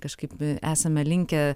kažkaip esame linkę